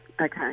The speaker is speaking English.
Okay